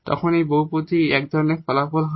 তখন এই পলিনোমিয়াল সেখানে এক ধরনের ফলাফল হয়